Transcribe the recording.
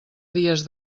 dies